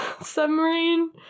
submarine